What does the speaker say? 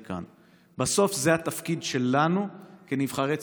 כאן: בסוף זה התפקיד שלנו כנבחרי ציבור.